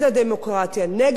נגד חופש הדיבור,